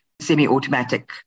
semi-automatic